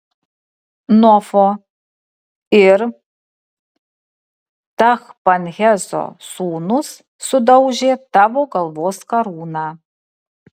nofo ir tachpanheso sūnūs sudaužė tavo galvos karūną